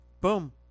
boom